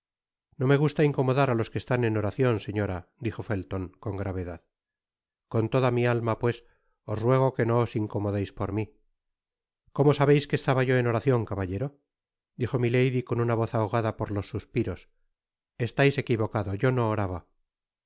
no me gusta incomodar á los que están en oracion señora dijo felton con gravedad con toda mi alma pues os ruego que do os incomodeis por mí content from google book search generated at cómo sabeis que estaba yo en oracion caballero dijo milady con una voz ahogada por los suspiros estais equivocado yo do oraba y